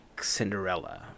Cinderella